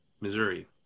Missouri